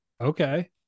okay